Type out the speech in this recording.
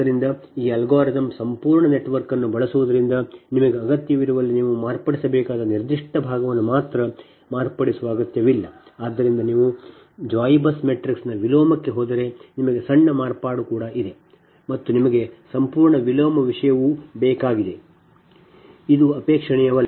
ಆದ್ದರಿಂದ ಈ ಅಲ್ಗಾರಿದಮ್ ಸಂಪೂರ್ಣ ನೆಟ್ವರ್ಕ್ ಅನ್ನು ಬಳಸುವುದರಿಂದ ನಿಮಗೆ ಅಗತ್ಯವಿರುವಲ್ಲಿ ನೀವು ಮಾರ್ಪಡಿಸಬೇಕಾದ ನಿರ್ದಿಷ್ಟ ಭಾಗವನ್ನು ಮಾತ್ರ ಮಾರ್ಪಡಿಸುವ ಅಗತ್ಯವಿಲ್ಲ ಆದರೆ ನೀವು Y BUS matrix ನ ವಿಲೋಮಕ್ಕೆ ಹೋದರೆ ನಿಮಗೆ ಸಣ್ಣ ಮಾರ್ಪಾಡು ಕೂಡ ಇದೆ ಮತ್ತು ನಿಮಗೆ ಸಂಪೂರ್ಣ ವಿಲೋಮ ವಿಷಯವೂ ಬೇಕಾಗುತ್ತದೆ ಇದು ಅಪೇಕ್ಷಣೀಯವಲ್ಲ